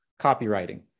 Copywriting